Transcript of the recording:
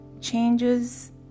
changes